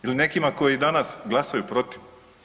Ili nekima koji danas glasaju protiv?